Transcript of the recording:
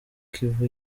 kivu